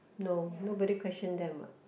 no nobody question them what